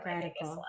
Radical